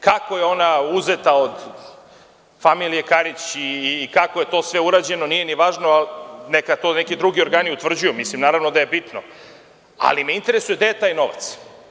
Kako je ona uzeta od familije Karić i kako je to sve urađeno, nije ni važno, neka to neki drugi organi utvrđuju, mislim, naravno, da je bitno, ali me interesuje gde je taj novac?